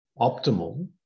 optimal